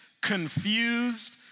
confused